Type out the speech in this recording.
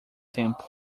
tempo